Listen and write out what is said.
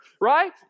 right